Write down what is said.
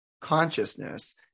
consciousness